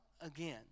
again